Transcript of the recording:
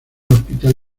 hospital